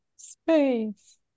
space